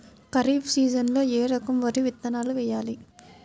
ఖరీఫ్ సీజన్లో ఏ రకం వరి విత్తనాలు వేయాలి?